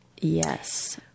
Yes